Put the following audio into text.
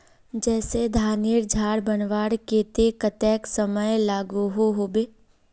जैसे धानेर झार बनवार केते कतेक समय लागोहो होबे?